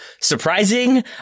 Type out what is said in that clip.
surprising